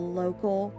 local